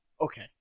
Okay